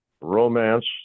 romance